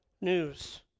news